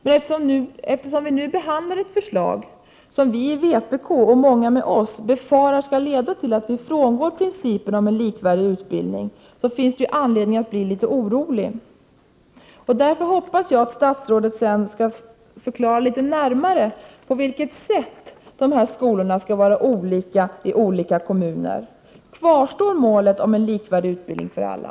Men eftersom vi nu behandlar ett förslag som enligt vad vi i vpk, och många med oss, befarar kommer att leda till att vi frångår principen om en likvärdig utbildning, finns anledning att bli litet orolig. Därför hoppas jag att statsrådet skall förklara litet närmare på vilket sätt de här skolorna skall vara olika i olika kommuner. Kvarstår målet om en likvärdig utbildning för alla?